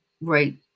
right